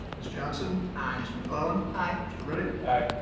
ms. johnson. aye. ms. mcclellan. aye. mr. riddick. aye.